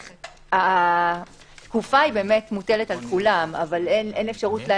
התקופה מוטלת על כולם אבל